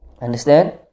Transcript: Understand